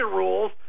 rules